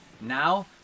Now